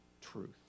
truth